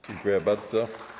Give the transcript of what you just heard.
Dziękuję bardzo.